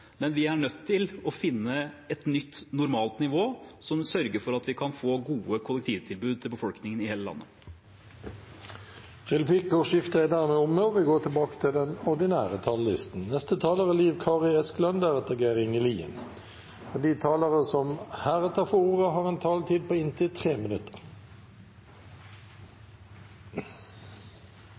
Men vi er nødt til å finne et nytt normalt nivå som sørger for at vi kan få gode kollektivtilbud til befolkningen i hele landet. Replikkordskiftet er dermed omme. De talere som heretter får ordet, har en taletid på inntil